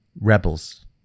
rebels